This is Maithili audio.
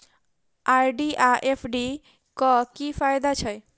आर.डी आ एफ.डी क की फायदा छै?